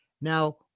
Now